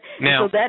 Now